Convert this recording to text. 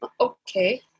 Okay